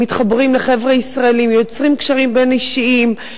מתחברים לחבר'ה ישראלים ויוצרים קשרים בין-אישיים,